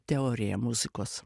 teoriją muzikos